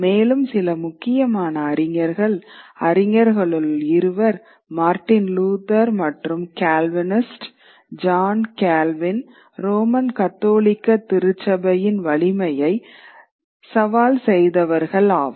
மேலும் சில முக்கியமான அறிஞர்கள் அறிஞர்களுள் இருவர் மார்ட்டின் லூதர் மற்றும் கால்வினிஸ்ட் ஜான் கால்வின் ரோமன் கத்தோலிக்க திருச்சபையின் வலிமையை சவால் செய்தவர்கள் ஆவர்